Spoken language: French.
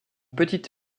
petite